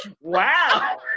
wow